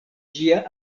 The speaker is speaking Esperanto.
ĝia